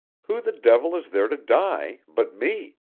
who the devil is there to die but me?